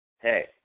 hey